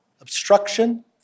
obstruction